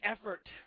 effort